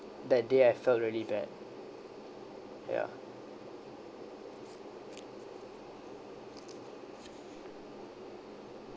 that day I felt really bad ya